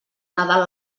nadal